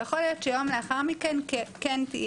ויכול להיות שיום לאחר מכן כן תהיה.